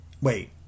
Wait